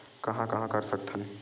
कहां कहां कर सकथन?